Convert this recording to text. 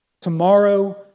tomorrow